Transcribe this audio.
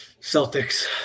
Celtics